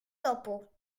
topo